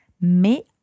mais